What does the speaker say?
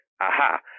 Aha